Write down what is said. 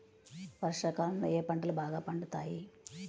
వర్షాకాలంలో ఏ పంటలు బాగా పండుతాయి?